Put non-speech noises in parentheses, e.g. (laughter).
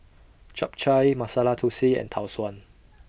Chap Chai Masala Thosai and Tau Suan (noise)